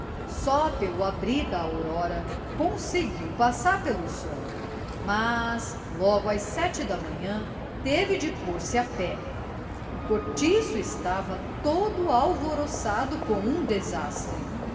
só pelo abrir da aurora conseguiu passar pelo sono mas logo às sete da manhã teve de pôr-se a pé o cortiço estava todo alvoroçado com um desastre